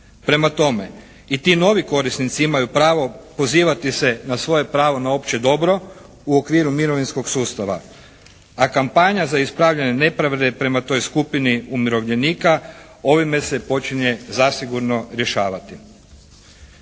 Prema tome, i ti novi korisnici imaju pravo pozivati se na svoje pravo na opće dobro u okviru mirovinskog sustava. A kampanja za ispravljanje nepravde prema toj skupini umirovljenika ovime se počinje zasigurno rješavati.